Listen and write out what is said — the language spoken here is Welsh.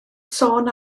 sôn